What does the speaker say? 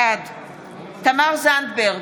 בעד תמר זנדברג,